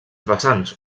vessants